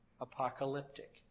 apocalyptic